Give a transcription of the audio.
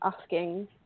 asking